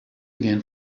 again